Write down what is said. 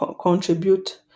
contribute